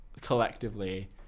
collectively